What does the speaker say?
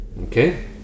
Okay